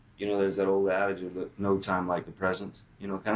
you know, there's that old adage of ah no time like the present, you know,